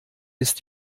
ist